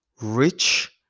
Rich